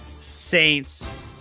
Saints